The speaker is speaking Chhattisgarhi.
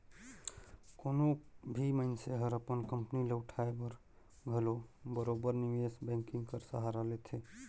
कोनो भी मइनसे हर अपन कंपनी ल उठाए बर घलो बरोबेर निवेस बैंकिंग कर सहारा लेथे